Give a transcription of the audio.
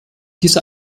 diese